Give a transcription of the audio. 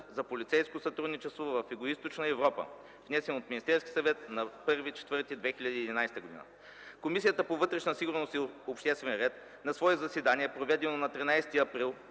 за полицейско сътрудничество в Югоизточна Европа, № 102-02-9, внесен от Министерския съвет на 1 април 2011 г. Комисията по вътрешна сигурност и обществен ред на свое заседание, проведено на 13 април